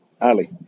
Ali